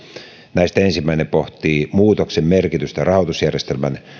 näistä ensimmäinen pohtii muutoksen merkitystä rahoitusjärjestelmän